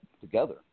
together